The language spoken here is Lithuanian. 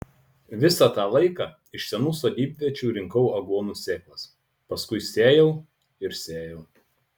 visą tą laiką iš senų sodybviečių rinkau aguonų sėklas paskui sėjau ir sėjau